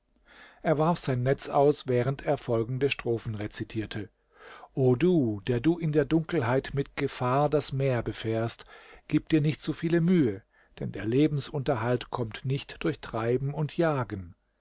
er warf sein netz aus während er folgende strophen rezitierte o du der du in der dunkelheit mit gefahr das meer befährst gib dir nicht so viele mühe denn der lebensunterhalt kommt nicht durch treiben und jagen